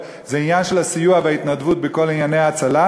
זה העניין של הסיוע וההתנדבות בכל ענייני ההצלה,